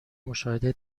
مشاهده